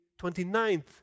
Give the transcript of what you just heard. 29th